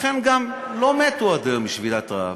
לכן גם לא מתו עד היום משביתת רעב.